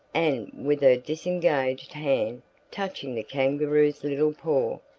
and, with her disengaged hand touching the kangaroo's little paw.